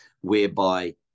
whereby